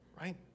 right